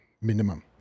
minimum